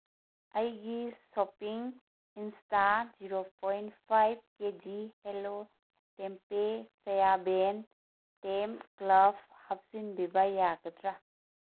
ꯑꯩꯒꯤ ꯁꯣꯄꯤꯡ ꯂꯤꯁꯇꯥ zero point five K G ꯍꯦꯂꯣ ꯇꯦꯝꯄꯦ ꯁꯣꯌꯥꯕꯤꯟ ꯇꯦꯝ ꯀ꯭ꯂꯞ ꯍꯥꯞꯆꯤꯟꯕꯤꯕ ꯌꯥꯒꯗ꯭ꯔꯥ